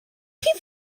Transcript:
chi